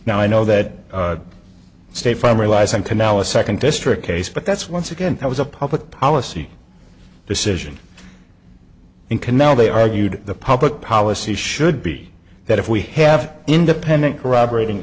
now i know that state farm relies on canal a second district case but that's once again it was a public policy decision in canal they argued the public policy should be that if we have independent corroborat